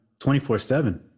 24-7